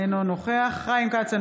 אינו נוכח חיים כץ,